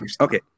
Okay